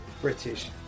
British